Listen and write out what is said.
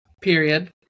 Period